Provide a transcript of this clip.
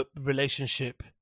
relationship